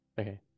okay